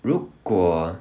如果